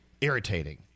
irritating